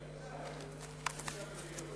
ללא מתנגדים וללא נמנעים